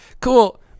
cool